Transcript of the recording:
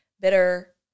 bitter